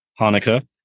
Hanukkah